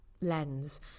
lens